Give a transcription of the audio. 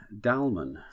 Dalman